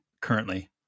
currently